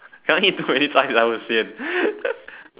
cannot eat too many times lah will sian